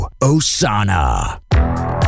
Osana